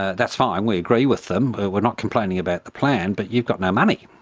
that's fine. we agree with them. we're not complaining about the plan, but you've got no money.